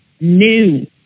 new